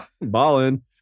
Ballin